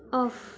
off